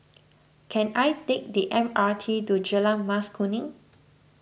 can I take the M R T to Jalan Mas Kuning